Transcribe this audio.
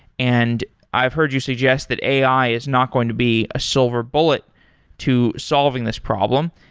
and i've heard you suggest that ai is not going to be a silver bullet to solving this problem.